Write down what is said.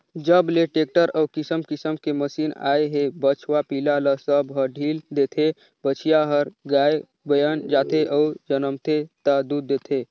जब ले टेक्टर अउ किसम किसम के मसीन आए हे बछवा पिला ल सब ह ढ़ील देथे, बछिया हर गाय बयन जाथे अउ जनमथे ता दूद देथे